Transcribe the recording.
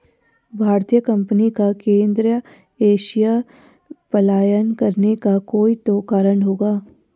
भारतीय कंपनी का केंद्रीय एशिया पलायन करने का कोई तो कारण होगा